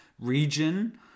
region